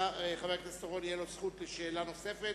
לחבר הכנסת אורון תהיה זכות לשאלה נוספת,